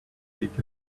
week